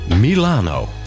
Milano